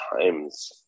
times